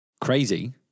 Crazy